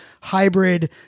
hybrid